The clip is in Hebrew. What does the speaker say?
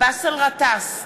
באסל גטאס,